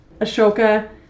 Ashoka